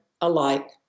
alike